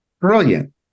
brilliant